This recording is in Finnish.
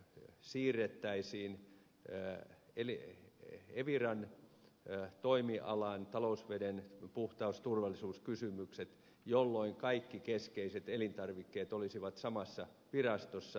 siirrettäisiin enää eli kivirannan teillä toimia lain talousveden puhtaus ja turvallisuuskysymykset siirrettäisiin eviran toimialaan jolloin kaikki keskeiset elintarvikkeet olisivat samassa virastossa